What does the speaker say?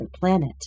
planet